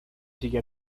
sigue